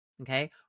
Okay